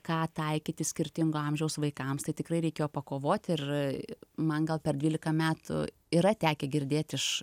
ką taikyti skirtingo amžiaus vaikams tai tikrai reikėjo pakovoti ir man gal per dvyliką metų yra tekę girdėti iš